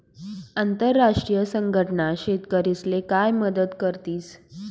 आंतरराष्ट्रीय संघटना शेतकरीस्ले काय मदत करतीस?